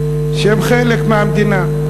והם חלק מהמדינה.